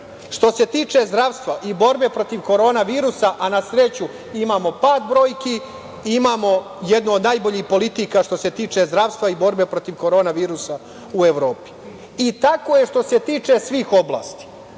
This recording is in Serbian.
se tiče zdravstva i borbe protiv korona virusa, a na sreću imamo pad brojki, imamo jednu od najboljih politika što se tiče zdravstva i borbe protiv korona virusa u Evropi. Tako je što se tiče svih oblasti